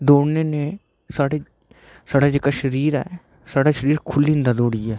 दौड़ने नै साढ़े साढ़ा जेह्का शरीर ऐ साढ़ा शरीर खुल्ली जंदा दौड़ियै